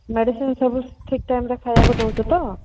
medicine ସବୁ ଠିକ୍ ଟାଇମରେ ଖାଇବାକୁ ଦଉଛୁତ